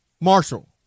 Marshall